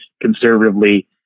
conservatively